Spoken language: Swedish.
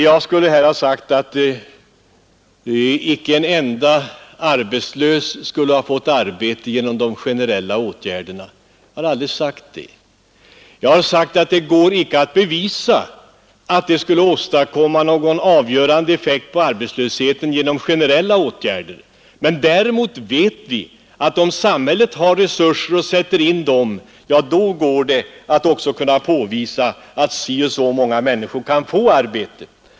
Jag skulle här ha sagt att icke en enda arbetslös fått arbete genom de generella åtgärderna. Jag har aldrig sagt det. Jag har sagt att det går icke att bevisa att det är möjligt att bevisa någon bestämd effekt på arbetslösheten genom generella åtgärder. Däremot vet vi att om samhället har resurser och sätter in dem, går det också att påvisa att si och så många människor kan få arbete.